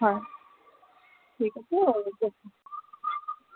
হয় ঠিক আছে